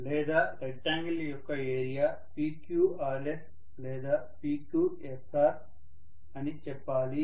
లేదా రెక్టాంగిల్ యొక్క area PQRS లేదా PQSR అని చెప్పాలి